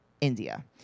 India